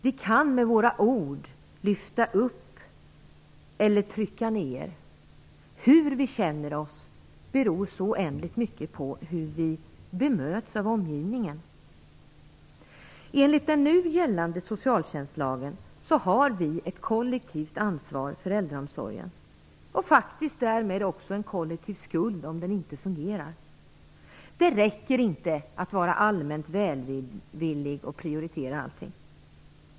Vi kan med våra ord lyfta upp eller trycka ned. Hur vi känner oss beror så oändligt mycket på hur vi bemöts av omgivningen. Enligt den nu gällande socialtjänstlagen har vi ett kollektivt ansvar för äldreomsorgen och därmed faktiskt också en kollektiv skuld om den inte fungerar. Det räcker inte att vara allmänt välvillig och prioritera allting.